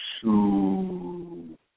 Shoo